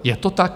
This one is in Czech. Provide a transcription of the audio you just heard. Je to tak?